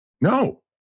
No